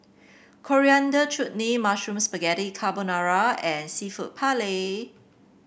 Coriander Chutney Mushroom Spaghetti Carbonara and seafood Paella